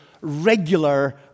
regular